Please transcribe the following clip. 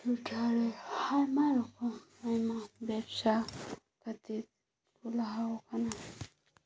ᱴᱚᱴᱷᱟᱨᱮ ᱟᱭᱢᱟ ᱨᱚᱠᱚᱢ ᱟᱭᱢᱟ ᱵᱮᱵᱽᱥᱟ ᱠᱷᱟᱹᱛᱤᱨ ᱠᱚ ᱞᱟᱦᱟ ᱟᱠᱟᱱᱟ